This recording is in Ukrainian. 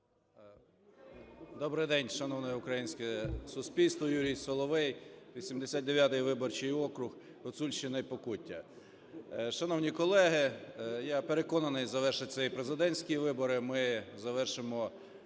Добрий день, шановне українське суспільство! Юрій Соловей, 89-й виборчий округ, Гуцульщина і Покуття. Шановні колеги, я переконаний, завершаться президентські вибори, ми завершимо